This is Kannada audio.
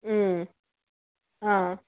ಹ್ಞೂ ಹಾಂ